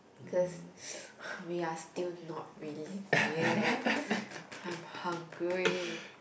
cause we're still not released yet I'm hungry